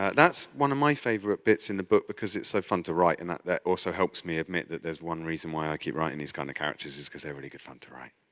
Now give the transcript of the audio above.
that's one of my favorite bits in the book because it's so fun to write and that that also helps me admit that there's one reason why i keep writing these kind of characters is cause they're really good fun to write.